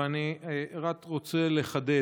ואני רק רוצה לחדד.